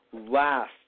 Last